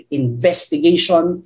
investigation